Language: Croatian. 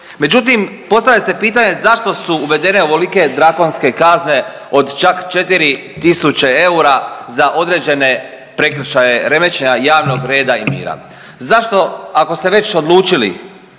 Međutim, postavlja se pitanje zašto su uvedene ovolike drakonske kazne od čak 4.000 eura za određene prekršaje remećenja javnog reda i mira? Zašto ako ste već odlučili,